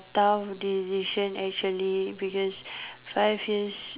tough decision actually because five years